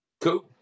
Cool